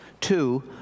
Two